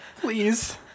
Please